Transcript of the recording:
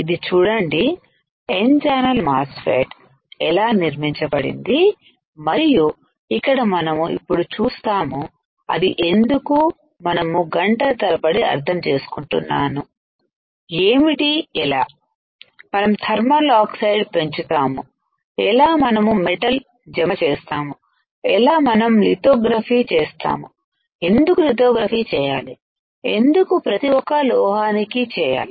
ఇది చూడండిN channel MOSFET ఎలా నిర్మించబడింది మరియు ఇక్కడ మనము ఇప్పుడు చూస్తాము అది ఎందుకు మనము గంటల తరబడి అర్థం చేసుకుంటున్నాను ఏమిటి ఎలా మనం థర్మల్ ఆక్సైడ్ పెంచు తాము ఎలా మనము మెటల్ జమ చేస్తాము ఎలా మనం లి తోగ్రఫీ చేస్తాము ఎందుకు లి తోగ్రఫీ చేయాలిఎందుకు ప్రతి ఒక్క లోహానికి చేయాలి